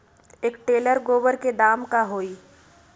एक टेलर गोबर के दाम का होई?